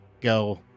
go